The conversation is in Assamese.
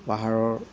পাহাৰৰ